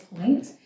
point